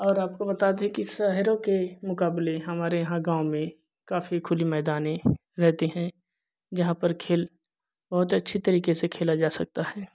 आपको बता दे की शहरों के मुकाबले हमारे यहाँ गाँव में काफी खुली मैदाने रहते हैं जहाँ पर खेल बहुत अच्छे तरीके से खेला जा सकता है